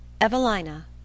Evelina